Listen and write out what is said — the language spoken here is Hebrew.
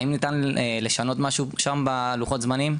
האם ניתן לשנות משהו שם בלוחות זמנים?